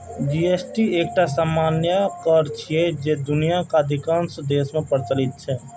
GST एकटा सामान्य कर छियै, जे दुनियाक अधिकांश देश मे प्रचलित छै